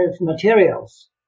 materials